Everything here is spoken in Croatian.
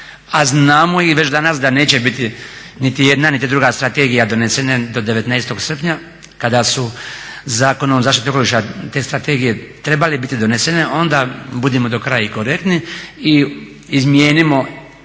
a znamo i već danas da neće biti niti jedna, niti druga strategija donesena do 19. srpnja kada su Zakonom o zaštiti okoliša te strategije trebale biti donesene, onda budimo do kraja i korektni i izmijenimo